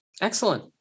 Excellent